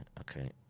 Okay